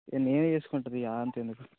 ఇక నేనే చేసుకుంటా తియ్యి అదంతా ఎందుకు